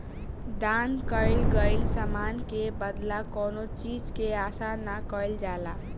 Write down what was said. दान कईल गईल समान के बदला कौनो चीज के आसा ना कईल जाला